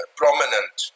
prominent